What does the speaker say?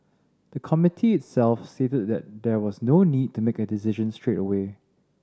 the Committee itself stated that there was no need to make a decision straight away